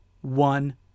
one